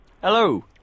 Hello